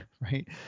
right